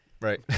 Right